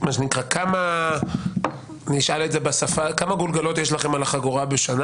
כמה גולגולות יש לכם על החגורה בשנה?